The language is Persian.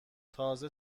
تازه